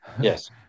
Yes